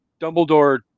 Dumbledore